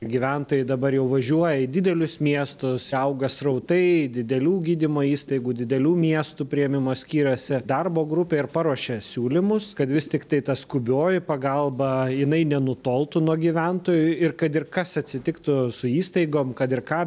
gyventojai dabar jau važiuoja į didelius miestus auga srautai didelių gydymo įstaigų didelių miestų priėmimo skyriuose darbo grupė ir paruošė siūlymus kad vis tiktai ta skubioji pagalba jinai nenutoltų nuo gyventojų ir kad ir kas atsitiktų su įstaigom kad ir ką